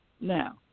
Now